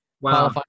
Wow